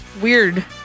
weird